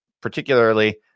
particularly